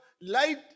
light